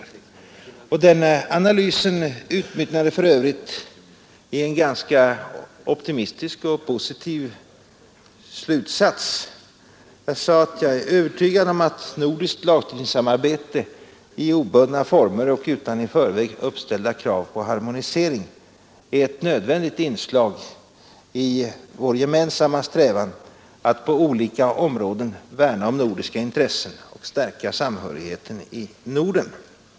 Den analysen utmynnade för övrigt i en ganska optimistisk och positiv slutsats. Jag sade att jag är ”övertygad om att nordiskt lagstiftningssamarbete i obundna former och utan i förväg uppställda krav på harmonisering är ett nödvändigt inslag i vår gemensamma strävan att på olika områden värna om nordiska intressen och stärka samhörigheten i Norden”.